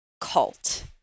cult